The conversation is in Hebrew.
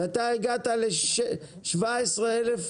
ואתה הגעת ל-17 אלף